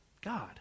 God